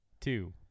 two